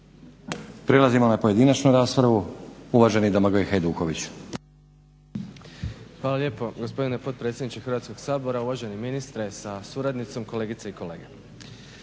Prelazimo na pojedinačnu raspravu. Uvaženi Domagoj Hajduković. **Hajduković, Domagoj (SDP)** Hvala lijepo gospodine potpredsjedniče Hrvatskoga sabora. Uvaženi ministre sa suradnicom, kolegice i kolege.